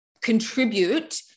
contribute